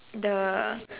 the